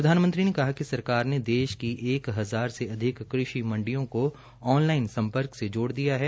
प्रधानमंत्री ने कहा कि सरकार ने देश की एक हजार से अधिक कृषि मंडियो को ऑन लाइन सम्पर्क से जोड़ दिया है